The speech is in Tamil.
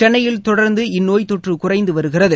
சென்னையில் தொடர்ந்து இந்நோய் தொற்று குறைந்து வருகிறது